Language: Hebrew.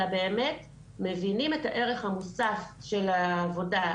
אלא באמת מבינים את הערך המוסף של העבודה,